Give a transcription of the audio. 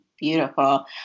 beautiful